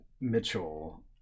Mitchell